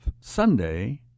Sunday